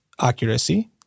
accuracy